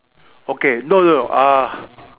okay no no no uh